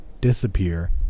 disappear